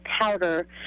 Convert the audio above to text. powder